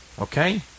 Okay